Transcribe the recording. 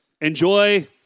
enjoy